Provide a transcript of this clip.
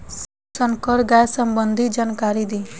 संकर गाय सबंधी जानकारी दी?